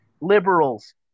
Liberals